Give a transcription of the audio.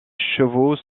chevaux